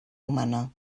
humana